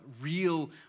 real